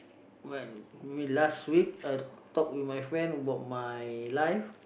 when you mean last week I talk with my friend about my life